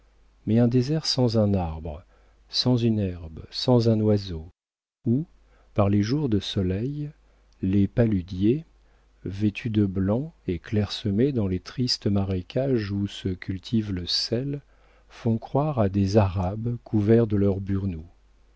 mais un désert sans un arbre sans une herbe sans un oiseau où par les jours de soleil les paludiers vêtus de blanc et clair-semés dans les tristes marécages où se cultive le sel font croire à des arabes couverts de leurs beurnous